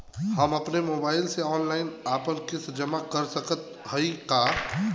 हम अपने मोबाइल से ऑनलाइन आपन किस्त जमा कर सकत हई का?